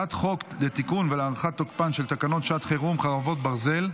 הצעת חוק לתיקון ולהארכת תוקפן של תקנות שעת חירום (חרבות ברזל)